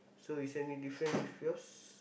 so is any different with yours